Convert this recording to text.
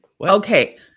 Okay